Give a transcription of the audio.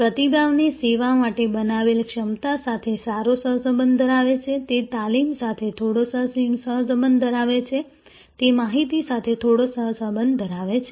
પ્રતિભાવને સેવા માટે બનાવેલ ક્ષમતા સાથે સારો સહસંબંધ ધરાવે છે તે તાલીમ સાથે થોડો સહસંબંધ ધરાવે છે તે માહિતી સાથે થોડો સહસંબંધ ધરાવે છે